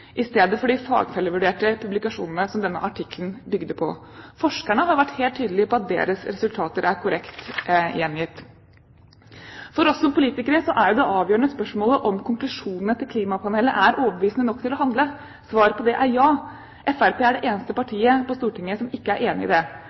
i stedet for de fagfellevurderte publikasjonene som artikkelen bygde på. Forskerne har vært helt tydelige på at deres resultater er korrekt gjengitt. For oss som politikere er det avgjørende spørsmålet om konklusjonene til klimapanelet er overbevisende nok til å handle. Svaret på det er ja. Fremskrittspartiet er det eneste partiet på Stortinget som ikke er enig i det.